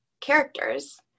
characters